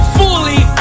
fully